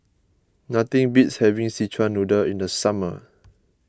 nothing beats having Szechuan Noodle in the summer